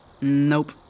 Nope